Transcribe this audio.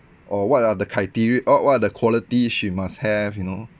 or what are the criteria or what are the quality she must have you know